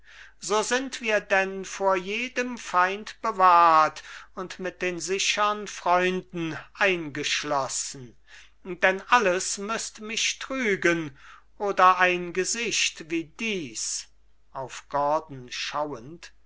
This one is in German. so sind wir denn vor jedem feind bewahrt und mit den sichern freunden eingeschlossen denn alles müßt mich trügen oder ein gesicht wie dies auf gordon schauend